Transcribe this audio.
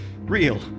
real